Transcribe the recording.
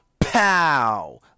pow